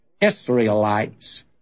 Israelites